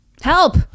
Help